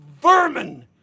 vermin